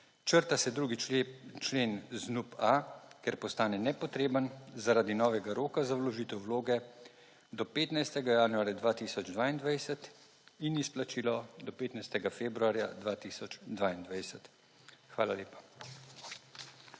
(nadaljevanje) ker postane nepotreben zaradi novega roka za vložitev vloge do 15. januarja 2022 in izplačilo do 15. februarja 2022. Hvala lepa.